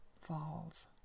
Falls